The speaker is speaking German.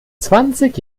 zwanzig